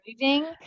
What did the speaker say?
moving